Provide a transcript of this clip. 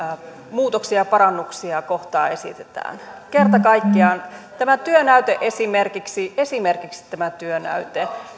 muutoksia ja parannuksia kohtaan esitetään kerta kaikkiaan esimerkiksi esimerkiksi tämä työnäyte